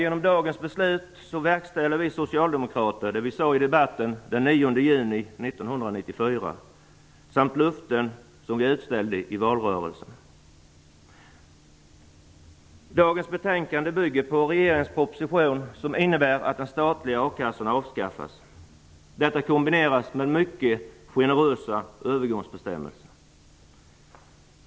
Genom dagens beslut verkställer vi socialdemokrater det vi sade i debatten den 9 juni 1994 samt löften som vi utställde i valrörelsen. Dagens betänkande bygger på regeringens proposition som innebär att de statliga a-kassorna avskaffas. Detta kombineras med mycket generösa övergångsbestämmelser.